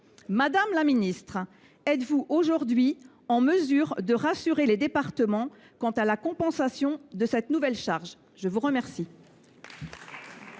Madame la ministre, êtes vous aujourd’hui en mesure de rassurer les départements quant à la compensation de cette nouvelle charge ? La parole